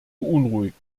beunruhigt